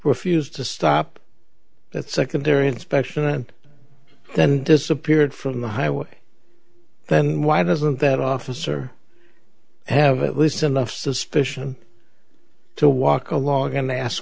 refused to stop at secondary inspection and then disappeared from the highway then why doesn't that officer have at least enough suspicion to walk along and they ask